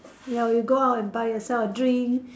ya you go out and buy yourself a drink